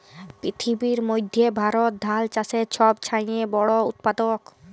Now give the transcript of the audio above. পিথিবীর মইধ্যে ভারত ধাল চাষের ছব চাঁয়ে বড় উৎপাদক